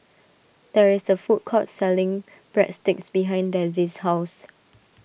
there is a food court selling Breadsticks behind Dezzie's house